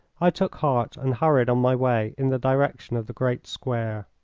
i took heart and hurried on my way in the direction of the great square.